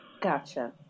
Gotcha